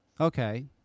Okay